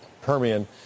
Permian